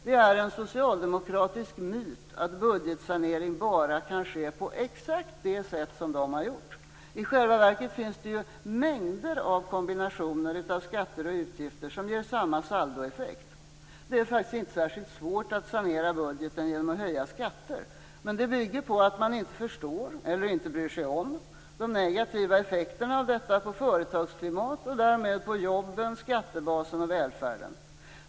Det är en socialdemokratisk myt att budgetsanering bara kan ske på exakt det sätt som de har gjort det på. I själva verket finns det mängder av kombinationer av skatter och utgifter som ger samma saldoeffekt. Det är faktiskt inte särskilt svårt att sanera budgeten genom att höja skatter. Men det bygger på att man inte förstår, eller inte bryr sig om, de negativa effekterna av detta på företagsklimatet och därmed på jobben, skattebasen och välfärden.